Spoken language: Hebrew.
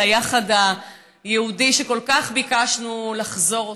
היחד היהודי שכל כך ביקשנו לחזור אליו,